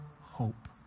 hope